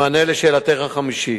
במענה לשאלתך החמישית,